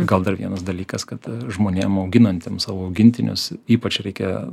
gal dar vienas dalykas kad žmonėm auginantiem savo augintinius ypač reikia